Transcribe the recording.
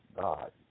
God